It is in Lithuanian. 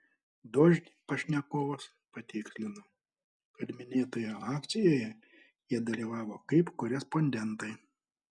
dožd pašnekovas patikslino kad minėtoje akcijoje jie dalyvavo kaip korespondentai